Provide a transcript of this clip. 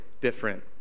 different